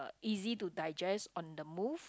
easy to digest on the move